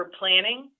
planning